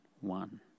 one